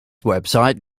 website